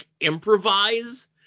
improvise